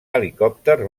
helicòpter